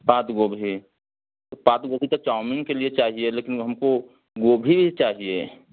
पात गोभी पात गोभी तो चाउमीन के लिए चाहिए लेकिन हमको गोभी ही चाहिए